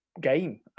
game